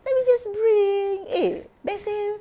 then we just bring eh best seh